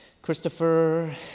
Christopher